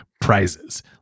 prizes